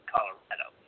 Colorado